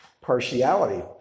partiality